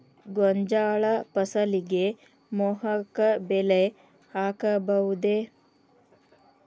ಗೋಂಜಾಳ ಫಸಲಿಗೆ ಮೋಹಕ ಬಲೆ ಹಾಕಬಹುದೇ?